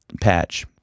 patch